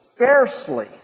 Scarcely